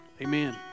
Amen